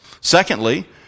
Secondly